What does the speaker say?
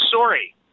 sorry